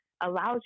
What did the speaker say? allows